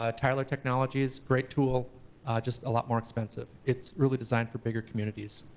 ah tyler technologies, great tool just a lot more expensive. it's really designed for bigger communities.